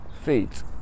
feet